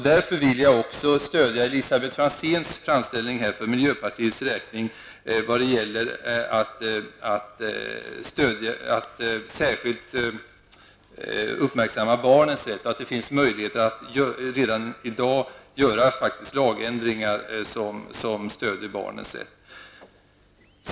Jag vill därför också stödja Elisabet Franzéns framställning för miljöpartiets räkning om att särskilt uppmärksamma barnens rätt. Det finns faktiskt redan i dag möjlighet att genomföra lagändringar som stöder barnets rätt.